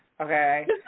okay